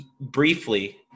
Briefly